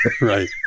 right